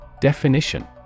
Definition